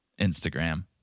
Instagram